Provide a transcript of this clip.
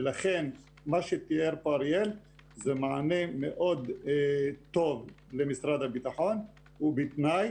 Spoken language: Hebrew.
ולכן מה שתיאר פה אריאל זה מענה מאוד טוב למשרד הביטחון ובתנאי